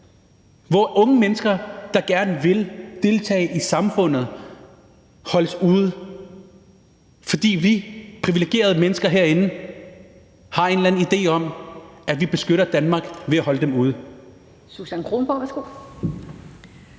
hvor unge mennesker, der gerne vil deltage i samfundet, holdes ude, fordi vi privilegerede mennesker herinde har en eller anden idé om, at vi beskytter Danmark ved at holde dem ude.